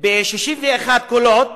ב-61 קולות